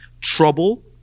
trouble